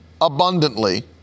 abundantly